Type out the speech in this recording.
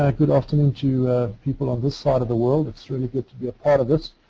um good afternoon to people on this side of the world. it's really good to be a part of this.